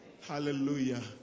Hallelujah